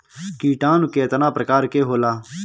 किटानु केतना प्रकार के होला?